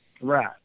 Right